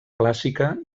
clàssica